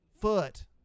foot